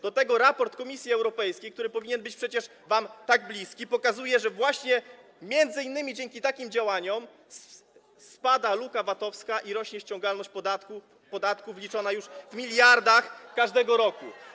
Do tego raport Komisji Europejskiej, który powinien być przecież wam tak bliski, pokazuje, że właśnie m.in. dzięki takim działaniom spada luka VAT-owska i rośnie ściągalność podatków liczona już w miliardach każdego roku.